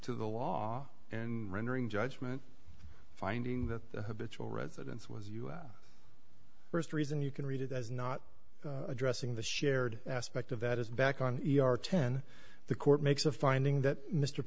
to the law and rendering judgment finding that the habitual residence was first reason you can read it as not addressing the shared aspect of that is back on ten the court makes a finding that mr